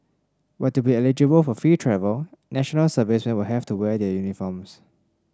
but to be eligible for free travel National Serviceman will have to wear their uniforms